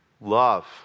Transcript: love